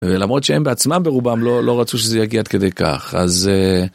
למרות שהם בעצמם ברובם לא רצו שזה יגיע עד כדי כך אז